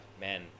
man